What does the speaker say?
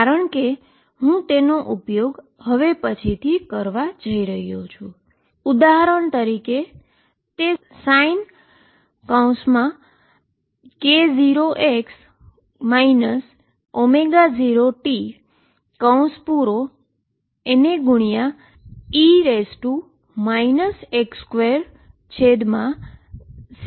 કારણ કે હું તેનો ઉપયોગ હવે પછીથી કરવા જઈ રહ્યો છું ઉદાહરણ તરીકે તે Sink0x 0t e x22 હોઈ શકે છે